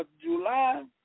July